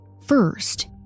First